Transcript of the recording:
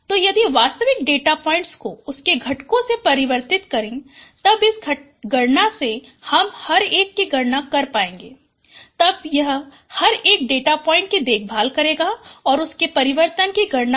तो यदि वास्तविक डेटा पॉइंट्स को उसके घटकों से परिवर्तित करे तब इस गणना से हम हर एक की गणना कर पायेगे तब यह हर एक डेटा पॉइंट की देखभाल करेगा और उसके परिवर्तन की गणना भी